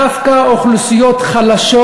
דווקא אוכלוסיות חלשות,